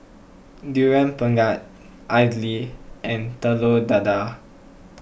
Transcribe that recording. Durian Pengat Idly and Telur Dadah